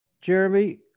Jeremy